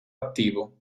attivo